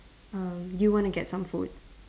err you want to get some food